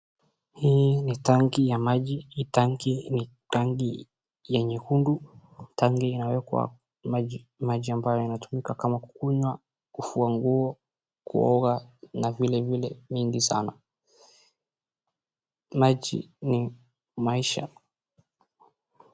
Hii ni tanki ya maji ni tanki nyekundu tanki inawekwa maji ambayo inatumika kama kunywa, kufua nguo, kuoga na vile vile mingi sana maji ni maisha.